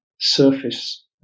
surface